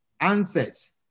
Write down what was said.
answers